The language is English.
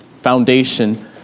foundation